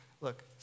Look